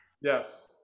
Yes